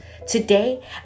today